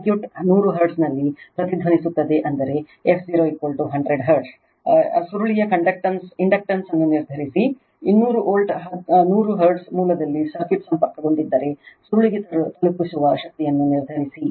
circuit 100 ಹರ್ಟ್ಜ್ನಲ್ಲಿ ಪ್ರತಿಧ್ವನಿಸುತ್ತದೆ ಅಂದರೆ f0 100 ಹರ್ಟ್ಜ್ a ಸುರುಳಿಯ ಇಂಡಕ್ಟನ್ಸ್ ಅನ್ನು ನಿರ್ಧರಿಸಿ b 200 ವೋಲ್ಟ್ 100 ಹರ್ಟ್ಜ್ ಮೂಲದಲ್ಲಿ ಸರ್ಕ್ಯೂಟ್ ಸಂಪರ್ಕಗೊಂಡಿದ್ದರೆ ಸುರುಳಿಗೆ ತಲುಪಿಸುವ ಶಕ್ತಿಯನ್ನು ನಿರ್ಧರಿಸಿ